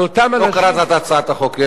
על אותם אנשים, חבר הכנסת, לא קראת את הצעת החוק.